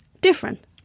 different